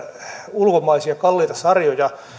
ulkomaisia kalliita sarjoja